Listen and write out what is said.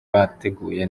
bateguye